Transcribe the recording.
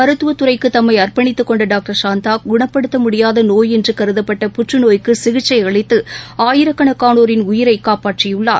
மருத்துவத்துறைக்குதம்மைஅர்ப்பனித்துக்கொண்டடாக்டர் குணப்படுத்தமுடியாதநோய் என்றுகருதப்பட்ட புற்றநோய்க்குசிகிச்சைஅளித்துஆயிரக்கணக்கானோரின் உயிரைகாப்பாற்றியுள்ளார்